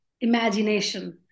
imagination